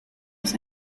los